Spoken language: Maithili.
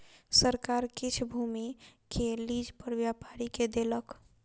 सरकार किछ भूमि के लीज पर व्यापारी के देलक